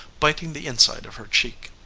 biting the inside of her cheek.